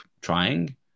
trying